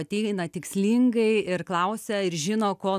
ateina tikslingai ir klausia ir žino ko